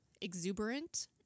exuberant